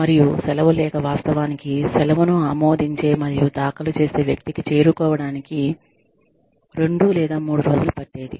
మరియు సెలవు లేఖ వాస్తవానికి సెలవును ఆమోదించే మరియు దాఖలు చేసే వ్యక్తికి చేరుకోవడానికి రెండు లేదా మూడు రోజులు పట్టేది